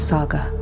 Saga